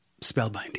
spellbinding